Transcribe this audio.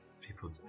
people